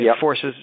forces